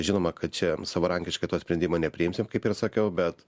žinoma kad čia savarankiškai to sprendimo nepriimsim kaip ir sakiau bet